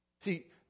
See